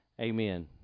Amen